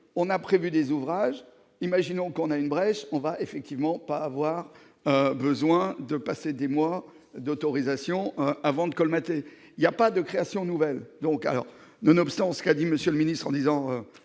on a prévu des ouvrages, imaginons qu'on a une brèche, on va effectivement pas avoir besoin de passer des mois d'autorisation avant de colmater, il y a pas de créations nouvelles donc alors nonobstant ce qu'a dit monsieur le ministre, en disant